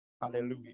Hallelujah